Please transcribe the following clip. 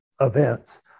events